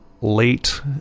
late